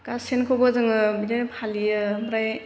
गासैनिखौबो जोङो बिदिनो फालियो ओमफ्राय